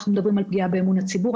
אנחנו מדברים גם על פגיעה באמון הציבור,